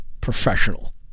professional